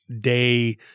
day